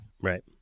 Right